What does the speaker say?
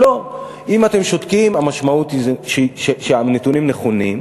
לא, אם אתם שותקים, המשמעות היא שהנתונים נכונים.